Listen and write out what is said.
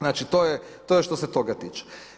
Znači to je što se toga tiče.